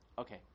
Okay